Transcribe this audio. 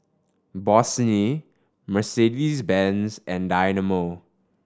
Bossini Mercedes Benz and Dynamo